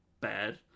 bad